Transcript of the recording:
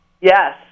Yes